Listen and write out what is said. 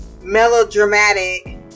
melodramatic